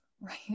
right